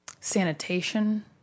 sanitation